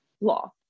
law